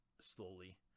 slowly